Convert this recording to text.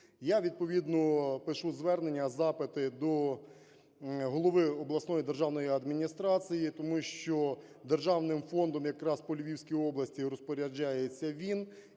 я відповідно пишу звернення, запити до голови обласної державної адміністрації, тому що державним фондом якраз по Львівській області розпоряджається він